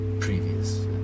Previous